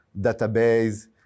database